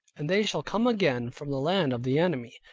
and they shall come again from the land of the enemy.